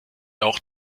auch